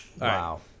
Wow